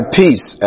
peace